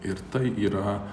ir tai yra